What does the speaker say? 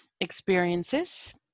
experiences